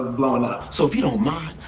blowin' up. so if you don't mind,